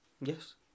yes